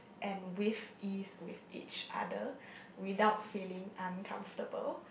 and with ease with each other without feeling uncomfortable